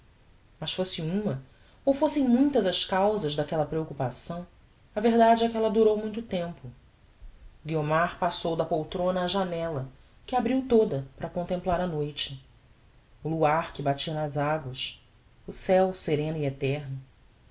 mas fosse uma ou fossem muitas as causas daquella preoccupação a verdade é que ella durou muito tempo guiomar passou da poltrona á janella que abriu toda para contemplar a noite o luar que batia nas aguas o ceu sereno e eterno